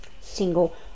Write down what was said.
single